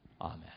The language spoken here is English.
Amen